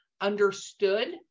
understood